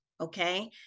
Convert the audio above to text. Okay